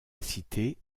incité